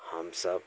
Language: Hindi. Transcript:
हम सब